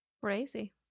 Crazy